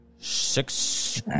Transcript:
Six